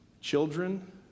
children